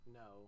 no